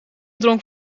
dronk